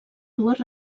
dues